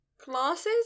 Classes